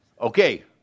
Okay